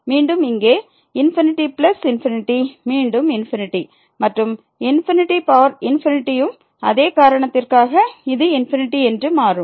மீண்டும் இங்கே ∞∞ மீண்டும் ∞ மற்றும் ம் அதே காரணத்திற்காக இது ∞ என்று மாறும்